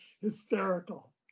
hysterical